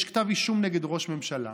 יש כתב אישום נגד ראש ממשלה,